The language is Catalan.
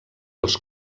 els